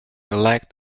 elect